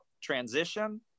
transition